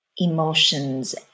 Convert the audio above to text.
emotions